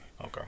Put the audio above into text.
Okay